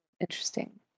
Interesting